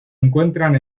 encuentran